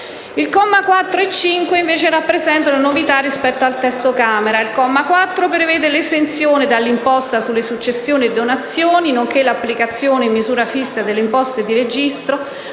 I commi 4 e 5, invece, rappresentano un novità rispetto al testo della Camera. Il comma 4, prevede l'esenzione dall'imposta sulle successioni e sulle donazioni, nonché l'applicazione in misura fissa delle imposte di registro,